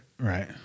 Right